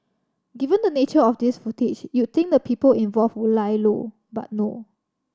given the nature of this footage you'd think the people involved would lie low but no